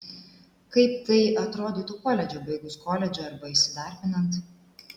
kaip tai atrodytų koledže baigus koledžą arba įsidarbinant